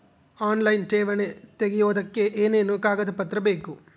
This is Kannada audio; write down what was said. ಆನ್ಲೈನ್ ಠೇವಣಿ ತೆಗಿಯೋದಕ್ಕೆ ಏನೇನು ಕಾಗದಪತ್ರ ಬೇಕು?